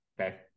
Okay